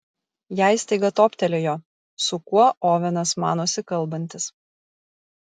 jai staiga toptelėjo su kuo ovenas manosi kalbantis